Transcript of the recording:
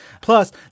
Plus